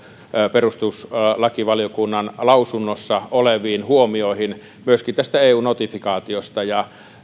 perustuslakivaliokunnan lausunnossa oleviin huomioihin myöskin tästä eu notifikaatiosta ja